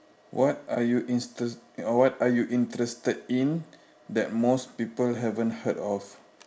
what are you inst~ what are you interested in that most people haven't heard of